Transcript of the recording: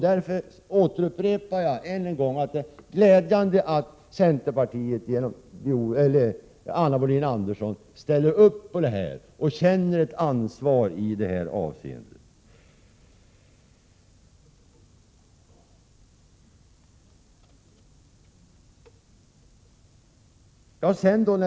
Därför återupprepar jag än en gång att det är glädjande att centerpartiet genom Anna Wohlin-Andersson ställer upp på detta och känner ett ansvar i det här avseendet.